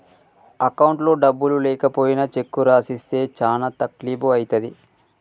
అకౌంట్లో డబ్బులు లేకపోయినా చెక్కు రాసిస్తే చానా తక్లీపు ఐతది